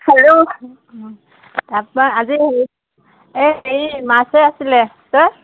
খালো আপোনাৰ আজি হেৰি এই হেৰি মাছে আছিলে তই